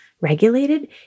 regulated